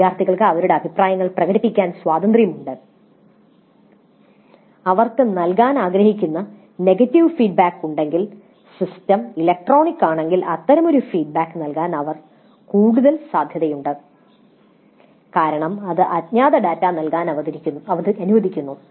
വിദ്യാർത്ഥികൾക്ക് അവരുടെ അഭിപ്രായങ്ങൾ പ്രകടിപ്പിക്കാൻ സ്വാതന്ത്ര്യമുണ്ട് അവർക്ക് നൽകാൻ ആഗ്രഹിക്കുന്ന നെഗറ്റീവ് ഫീഡ്ബാക്ക് ഉണ്ടെങ്കിൽ സിസ്റ്റം ഇലക്ട്രോണിക് ആണെങ്കിൽ അത്തരമൊരു ഫീഡ്ബാക്ക് നൽകാൻ അവർ കൂടുതൽ സാധ്യതയുണ്ട് കാരണം ഇത് അജ്ഞാത ഡാറ്റ നൽകാൻ അനുവദിക്കുന്നു